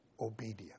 obedience